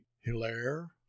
Hilaire